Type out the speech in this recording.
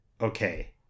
Okay